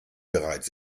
bereits